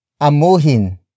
Amuhin